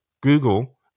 Google